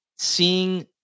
Seeing